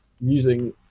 using